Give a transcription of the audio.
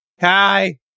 Hi